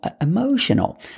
emotional